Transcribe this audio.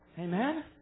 Amen